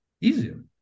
easier